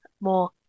more